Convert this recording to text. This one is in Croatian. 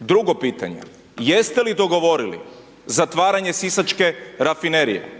Drugo pitanje. Jeste li dogovorili zatvaranje sisačke rafinerije?